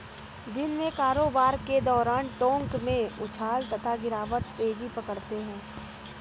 दिन में कारोबार के दौरान टोंक में उछाल तथा गिरावट तेजी पकड़ते हैं